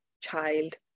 child